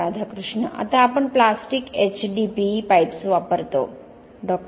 राधाकृष्ण आता आपण plastic HDPE pipes वापरतो डॉ